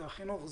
זה החינוך,